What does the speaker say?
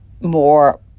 more